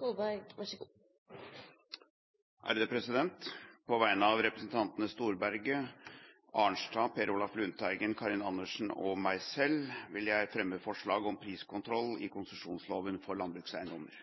Kolberg vil framsette et representantforslag. På vegne av representantene Knut Storberget, Marit Arnstad, Per Olaf Lundteigen, Karin Andersen og meg selv vil jeg fremme forslag om priskontroll i konsesjonsloven for landbrukseiendommer.